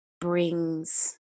brings